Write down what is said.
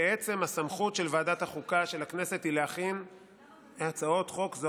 והסמכות של ועדת החוקה של הכנסת היא להכין הצעות חוק.